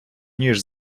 ніж